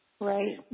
Right